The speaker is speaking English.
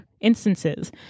instances